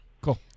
cool